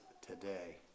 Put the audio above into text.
today